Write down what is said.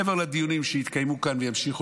מעבר לדיונים שהתקיימו כאן וימשיכו